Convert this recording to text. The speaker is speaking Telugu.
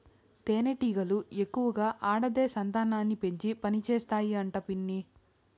తేనెటీగలు ఎక్కువగా ఆడదే సంతానాన్ని పెంచి పనిచేస్తాయి అంట పిన్ని